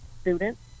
students